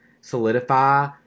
solidify